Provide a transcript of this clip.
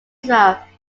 there